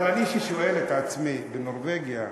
אבל אני, ששואל את עצמי על נורבגיה,